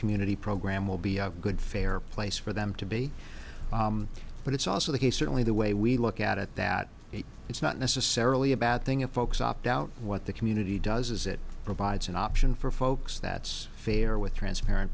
community program will be a good fair place for them to be but it's also the case certainly the way we look at it that it's not necessarily a bad thing if folks opt out what the community does is it provides an option for folks that's fair with transparent